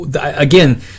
Again